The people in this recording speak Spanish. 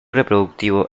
reproductivo